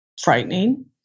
frightening